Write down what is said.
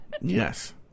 Yes